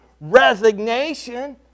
resignation